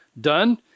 done